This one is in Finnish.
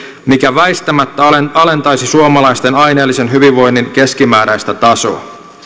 mikä väistämättä alentaisi suomalaisten aineellisen hyvinvoinnin keskimääräistä tasoa